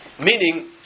meaning